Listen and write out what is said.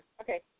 Okay